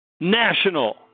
National